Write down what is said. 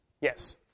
Yes